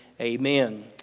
Amen